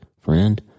friend